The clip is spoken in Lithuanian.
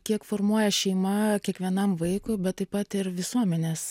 kiek formuoja šeima kiekvienam vaikui bet taip pat ir visuomenės